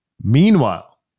Meanwhile